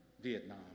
Vietnam